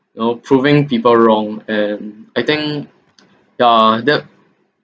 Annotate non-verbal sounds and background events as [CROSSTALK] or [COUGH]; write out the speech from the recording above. you know proving people wrong and I think [NOISE] yeah that